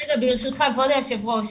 ברשותך כבוד היושב-ראש,